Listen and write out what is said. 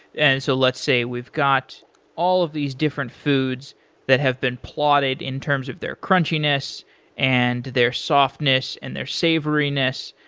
and so let's say, we've got all of these different foods that have been plotted in terms of their crunchiness and their softness and their savoriness,